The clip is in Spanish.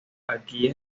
aquí